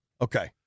Okay